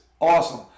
awesome